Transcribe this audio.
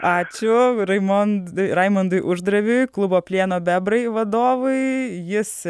ačiū raimondui raimundui uždraviui klubo plieno bebrai vadovui jis